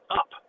up